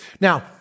Now